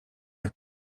jak